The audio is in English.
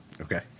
Okay